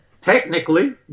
Technically